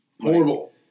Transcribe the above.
Horrible